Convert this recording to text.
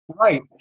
Right